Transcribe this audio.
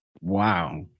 Wow